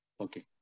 Okay